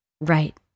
right